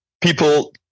people